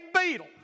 beetle